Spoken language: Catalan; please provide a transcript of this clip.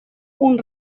uns